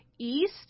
East